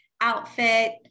outfit